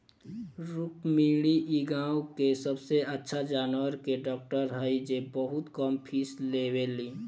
रुक्मिणी इ गाँव के सबसे अच्छा जानवर के डॉक्टर हई जे बहुत कम फीस लेवेली